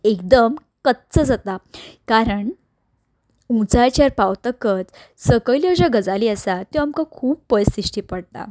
एकदम कच्च जाता कारण उंचायेचेर पावतकच सकयल्यो ज्यो गजाली आसा त्यो आमकां खूब पयस दिश्टी पडटा